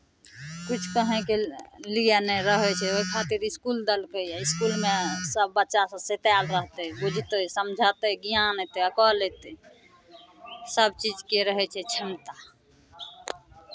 किछु कहेँके लिए नहि रहै छै ओहि खातिर इसकुल देलकैए इसकुलमे सभ बच्चासभ सैँतायल रहतै बुझतै समझतै ज्ञान अयतै अकल अयतै सभ चीजके रहै छै क्षमता